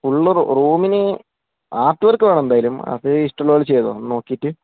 full റൂമിന് art work വേണമെന്തായാലും അത് ഇഷ്ടമുള്ളതുപോലെ ചെയ്യാമല്ലോ ഒന്നു നോക്കിയിട്ട്